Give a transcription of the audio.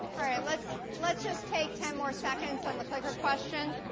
all right, let's let's just take ten more seconds on the clicker question.